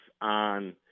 on